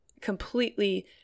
completely